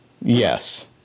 Yes